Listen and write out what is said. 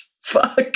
Fuck